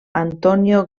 antonio